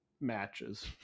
matches